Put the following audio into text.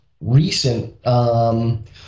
recent